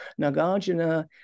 Nagarjuna